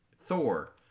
Thor